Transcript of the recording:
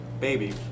baby